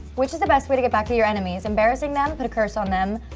which is the best way to get back at your enemies? embarrassing them, put a curse on them,